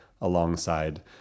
alongside